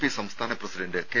P സംസ്ഥാന president K